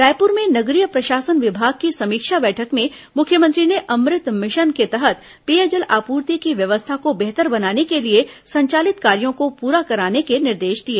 रायपुर में नगरीय प्रशासन विभाग की समीक्षा बैठक में मुख्यमंत्री ने अमृत मिशन के तहत पेयजल आपूर्ति की व्यवस्था को बेहतर बनाने के लिए संचालित कार्यों को पूरा कराने के निर्देश दिए